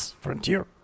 frontier